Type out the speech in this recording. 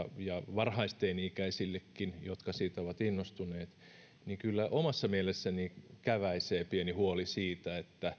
varhaisteini ikäisillekin jotka siitä ovat innostuneet kyllä omassa mielessäni käväisee pieni huoli siitä